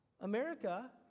America